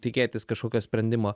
tikėtis kažkokio sprendimo